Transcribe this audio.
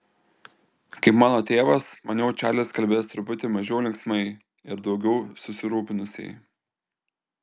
kaip mano tėvas maniau čarlis kalbės truputį mažiau linksmai ir daugiau susirūpinusiai